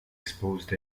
exposed